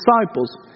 disciples